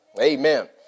Amen